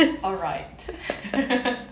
alright